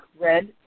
red